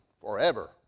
forever